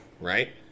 right